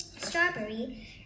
Strawberry